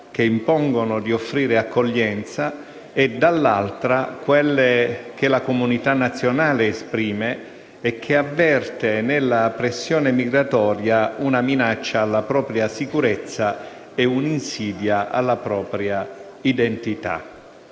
che impongono di offrire accoglienza, con quelle espresse dalla comunità nazionale, che avverte nella pressione migratoria una minaccia alla propria sicurezza e un'insidia alla propria identità.